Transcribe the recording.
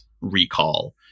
recall